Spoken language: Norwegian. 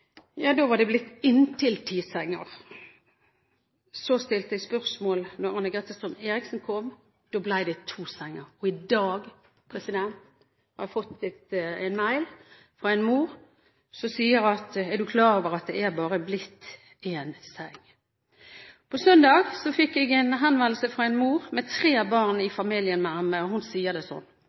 Da var det blitt inntil ti senger. Så stilte jeg spørsmål da Anne-Grete Strøm-Erichsen kom. Da ble det to senger. I dag har jeg fått en mail fra en mor som spør: Er du klar over at det er bare blitt én seng? På søndag fikk jeg en henvendelse fra en mor med tre barn i familien med ME. Hun sier det